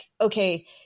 okay